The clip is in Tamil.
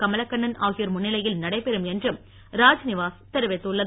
கமலக்கண்ணன் ஆகியோர் முன்னிலையில் நடைபெறும் என்றும் ராத்நிவாஸ் தெரிவித்துள்ளது